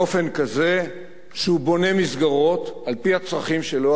באופן כזה שהוא בונה מסגרות על-פי הצרכים שלו.